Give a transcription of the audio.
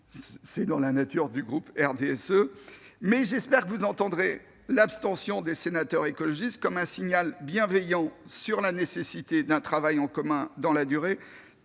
c'est dans sa nature-entre vote pour et abstention, mais j'espère que vous entendrez l'abstention des sénateurs écologistes comme un signal bienveillant quant à la nécessité d'un travail en commun dans la durée,